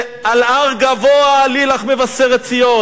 "על הר גבוה עלי לך מבשרת ציון,